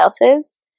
else's